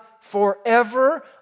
forever